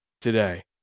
today